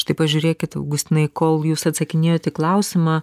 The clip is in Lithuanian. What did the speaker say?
štai pažiūrėkit augustinai kol jūs atsakinėjot į klausimą